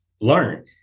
learn